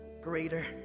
greater